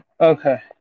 Okay